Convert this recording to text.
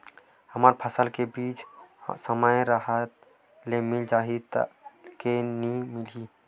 हमर फसल के बीज ह समय राहत ले मिल जाही के नी मिलही?